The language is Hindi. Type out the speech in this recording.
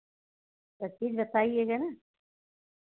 सब चीज़ बताइएगा ना